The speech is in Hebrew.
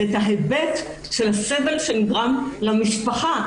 הוא ההיבט של הסבל שנגרם למשפחה,